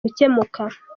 gukemuka